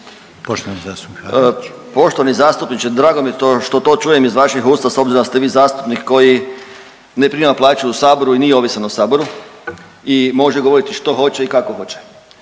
Poštovani zastupniče, drago mi je što to čujem iz vaših usta s obzirom da ste vi zastupnik koji ne prima plaću u Saboru i nije ovisan o Saboru i može govoriti što hoće i kako hoće.